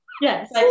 Yes